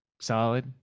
solid